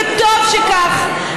וטוב שכך,